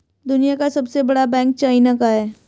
दुनिया का सबसे बड़ा बैंक चाइना का है